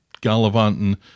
gallivanting